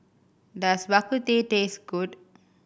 does Bak Kut Teh taste good